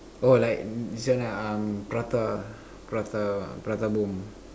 oh like this one ah uh prata prata prata boom